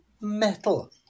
metal